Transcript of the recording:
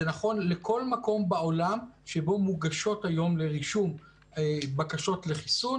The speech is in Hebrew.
זה נכון לכל מקום בעולם שבו מוגשות היום לרישום בקשות לחיסון.